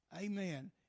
Amen